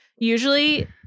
Usually